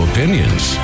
Opinions